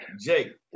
Jake